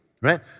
right